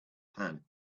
pan